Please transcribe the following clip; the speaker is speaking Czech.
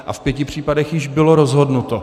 A v pěti případech již bylo rozhodnuto.